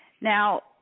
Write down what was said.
Now